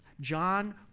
John